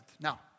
Now